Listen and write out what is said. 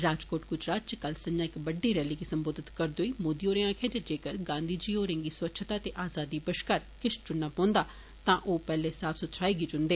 राजकोट गुजरात च कल संझां इक बड़डी रैली गी संबोधित करदे होई मोदी होरें आखेआ जेक्कर गांधी जी होरें'गी स्वच्छता ते आजादी बश्कार किश चुनना पौंदा तां ओह् पैहले साफ सफाई गी चुनदे